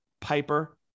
Piper